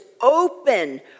open